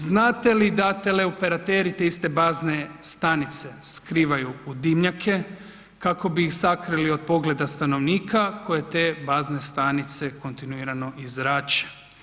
Znate li da teleoperateri te iste bazne stanice skrivaju u dimnjake, kako bi ih sakrili od pogleda stanovnika koji te bazne stanice kontinuirano i zrače?